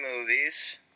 movies